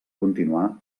continuar